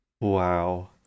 Wow